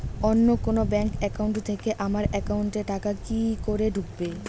অন্য কোনো bank account থেকে আমার একাউন্ট এ টাকা কি করে ঢুকবে?